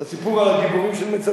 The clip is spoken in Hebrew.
את הסיפור על הגיבורים של מצדה.